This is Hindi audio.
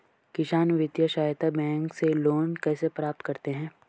किसान वित्तीय सहायता बैंक से लोंन कैसे प्राप्त करते हैं?